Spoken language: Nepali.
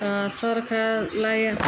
सरकारलाई